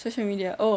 social media oh